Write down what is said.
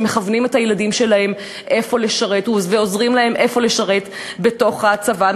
שמכוונים את הילדים שלהם איפה לשרת ועוזרים להם איפה לשרת בתוך הצבא,